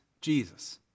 Jesus